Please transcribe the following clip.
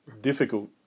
difficult